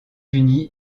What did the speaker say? unis